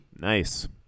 Nice